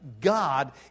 God